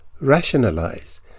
rationalize